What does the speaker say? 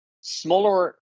smaller